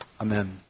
Amen